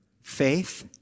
faith